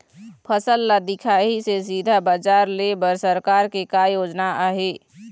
फसल ला दिखाही से सीधा बजार लेय बर सरकार के का योजना आहे?